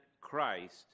Christ